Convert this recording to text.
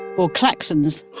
or klaxons